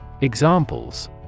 Examples